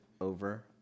over